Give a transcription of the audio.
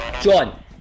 John